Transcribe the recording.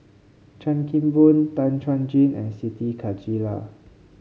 Chan Kim Boon Tan Chuan Jin and Siti Khalijah